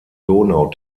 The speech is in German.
donau